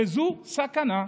וזו סכנה.